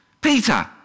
Peter